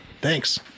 Thanks